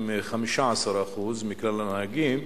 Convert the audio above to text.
הוא 15% מכלל הנהגים,